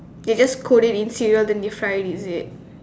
they just coat it in cereal then they fry it is it